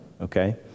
Okay